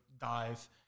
dive